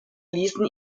ließen